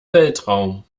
weltraum